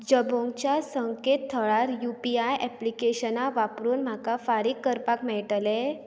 जबोंगच्या संकेतथळार U P I ऍप्लिकेशनां वापरून म्हाका फारीक करपाक मेळटलें